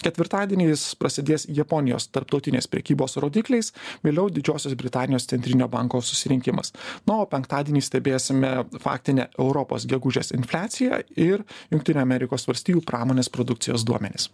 ketvirtadieniais prasidės japonijos tarptautinės prekybos rodikliais vėliau didžiosios britanijos centrinio banko susirinkimas nu o penktadienį stebėsime faktinę europos gegužės infliaciją ir jungtinių amerikos valstijų pramonės produkcijos duomenis